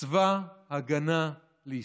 צבא ההגנה לישראל.